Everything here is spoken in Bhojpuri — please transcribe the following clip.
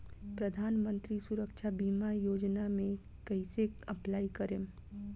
प्रधानमंत्री सुरक्षा बीमा योजना मे कैसे अप्लाई करेम?